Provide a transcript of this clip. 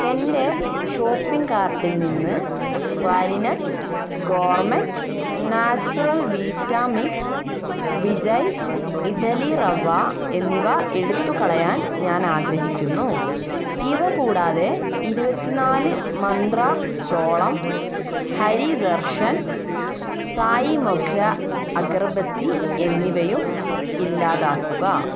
എന്റെ ഷോപ്പിംഗ് കാർട്ടിൽ നിന്ന് Qualinut gourmet natural vita mix Vijay idli rava എന്നിവ എടുത്തു കളയാൻ ഞാൻ ആഗ്രഹിക്കുന്നു ഇവ കൂടാതെ ഇരുപത്തി നാല് മന്ത്ര ചോളം ഹരി ദർശൻ സായ് മൊഗ്ര അഗർബത്തി എന്നിവയും ഇല്ലാതാക്കുക